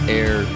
air